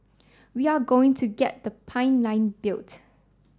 we are going to get the pipeline built